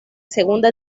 segunda